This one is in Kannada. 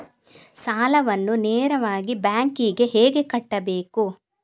ಸಾಲವನ್ನು ನೇರವಾಗಿ ಬ್ಯಾಂಕ್ ಗೆ ಹೇಗೆ ಕಟ್ಟಬೇಕು?